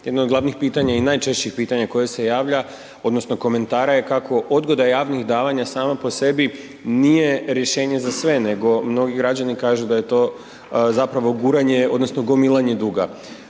jedno od glavnih pitanja i najčešćih pitanja koje se javlja odnosno komentara je kako odgoda javnih davanja sama po sebi nije rješenje za sve nego mnogi građani kažu da je to zapravo guranje odnosno gomilanje duga.